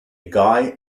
guy